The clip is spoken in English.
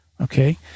Okay